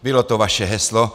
Bylo to vaše heslo.